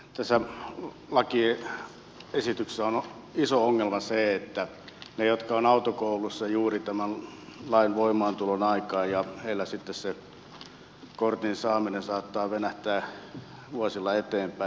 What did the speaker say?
tässä lakiesityksessä on iso ongelma se että niillä jotka ovat autokoulussa juuri tämän lain voimaantulon aikana se kortin saaminen saattaa venähtää vuosilla eteenpäin